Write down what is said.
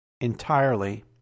entirely